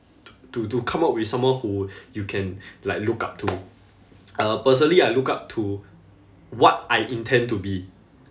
to to to come out with someone who you can like look up to uh personally I look up to what I intend to be